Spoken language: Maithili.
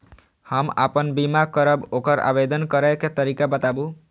हम आपन बीमा करब ओकर आवेदन करै के तरीका बताबु?